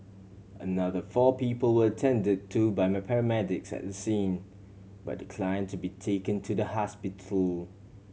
another four people were attended to by paramedics at the scene but decline to be taken to the hospital